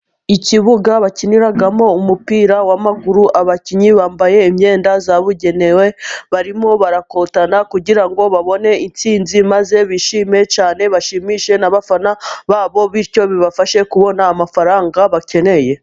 Ikibuga bakiniramo umupira w'amaguru, abakinnyi bambaye imyenda yabugenewe barimo barakotana kugira ngo babone insinzi maze bishime bashimishe n'abafana babo bityo bibafashe kubona amafaranga bakeneye.